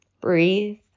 breathe